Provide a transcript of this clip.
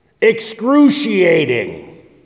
Excruciating